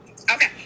okay